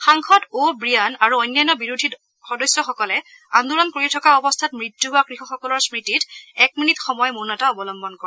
সাংসদ অৱিয়ান আৰু অন্যান্য বিৰোধী সদস্যসকলে আন্দোলন কৰি থকা অৱস্থাত মৃত্যু হোৱা কৃষকসকলৰ স্মৃতিত এক মিনিট সময় মৌনতা অৱলম্বন কৰে